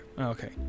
Okay